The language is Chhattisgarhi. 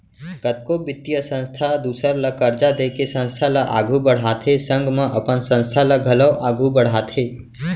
कतको बित्तीय संस्था दूसर ल करजा देके संस्था ल आघु बड़हाथे संग म अपन संस्था ल घलौ आघु बड़हाथे